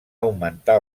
augmentar